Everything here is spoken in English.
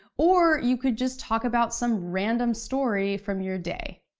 or you could just talk about some random story from your day.